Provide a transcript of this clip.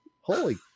Holy